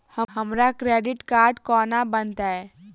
हमरा credit card कोना बनतै?